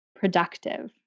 productive